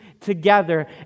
together